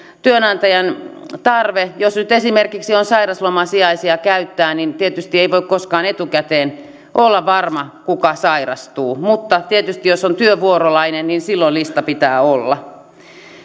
työnantajan tarve jos nyt esimerkiksi on sairausloman sijaisia käyttää niin ei tietysti voi koskaan etukäteen olla varma kuka sairastuu mutta tietysti silloin jos on työvuorolainen lista pitää olla